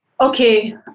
Okay